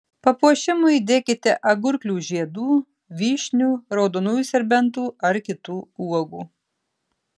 papuošimui įdėkite agurklių žiedų vyšnių raudonųjų serbentų ar kitų uogų